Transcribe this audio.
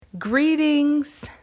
Greetings